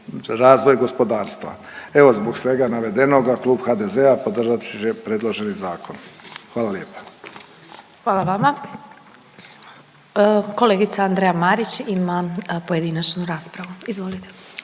razvoj gospodarstva. Evo zbog svega navedenoga klub HDZ-a podržat će predloženi zakon. Hvala lijepa. **Glasovac, Sabina (SDP)** Hvala vama. Kolegica Andreja Marić ima pojedinačnu raspravu, izvolite.